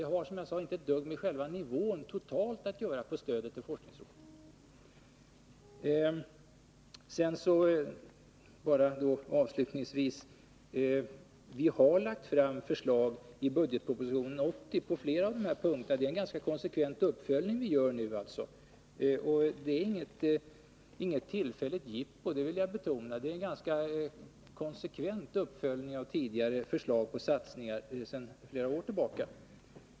Det har, som jag sade, inte ett dugg att göra med den totala nivån för stödet till forskningsråden. Avslutningsvis vill jag bara säga att vi har lagt fram förslag i anslutning till budgetpropositionen 1980 på flera av de här punkterna. Det är alltså inget tillfälligt jippo, det vill jag betona, utan det är en konsekvent uppföljning av tidigare förslag till satsningar sedan flera år tillbaka.